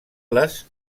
les